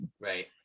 Right